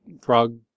frog